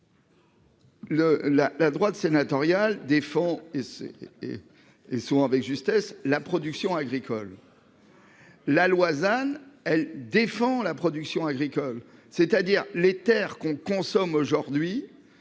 la droite sénatoriale des fonds c'est. Ils sont avec justesse la production agricole. La l'Ouazzane elle défend la production agricole c'est-à-dire les Terres qu'on consomme aujourd'hui